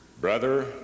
Brother